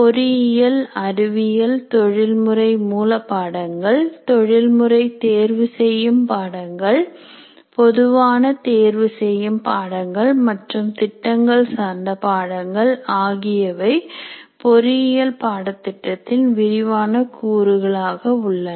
பொறியியல் அறிவியல் தொழில் முறை மூல பாடங்கள் தொழில்முறை தேர்வு செய்யும் பாடங்கள் பொதுவான தேர்வு செய்யும் பாடங்கள் மற்றும் திட்டங்கள் சார்ந்த பாடங்கள் ஆகியவை பொறியியல் பாடத்திட்டத்தின் விரிவான கூறுகளாக உள்ளன